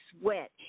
sweat